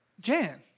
Jan